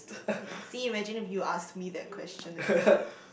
ya see imagine if you ask me that question instead